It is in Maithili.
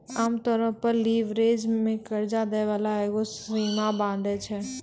आमतौरो पे लीवरेज मे कर्जा दै बाला एगो सीमा बाँधै छै